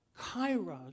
Kairos